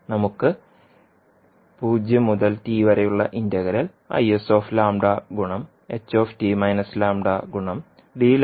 നമുക്ക്